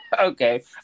Okay